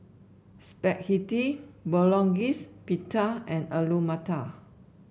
Spaghetti Bolognese Pita and Alu Matar